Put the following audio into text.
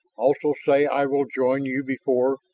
also say i will join you before,